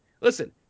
Listen